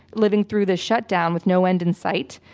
living through this shutdown with no end in sight,